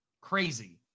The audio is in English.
Crazy